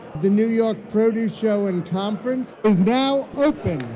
the new york produce show and conference is now open